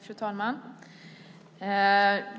Fru talman!